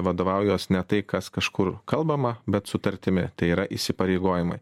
vadovaujuos ne tai kas kažkur kalbama bet sutartimi tai yra įsipareigojimai